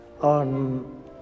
on